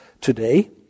today